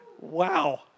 wow